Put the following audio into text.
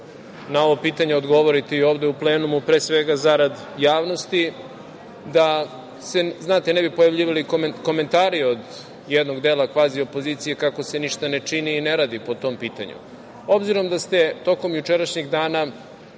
na ovo pitanje odgovorite i ovde u plenumu, pre svega zarad javnosti, da se, znate, ne bi pojavljivali komentari od jednog dela kvazi opozicije kako se ništa ne čini i ne radi po tom pitanju. Obzirom da ste tokom jučerašnjeg dana